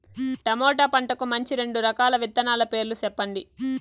tomato పంటకు మంచి రెండు రకాల విత్తనాల పేర్లు సెప్పండి